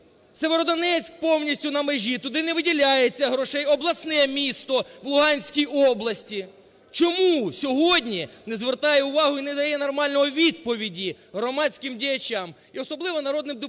Сєвєродонецьк повністю на межі, туди не виділяється грошей, обласне місто в Луганській області. Чому сьогодні не звертає увагу і не дає нормальної відповіді громадським діячам і особливо народним депутатам.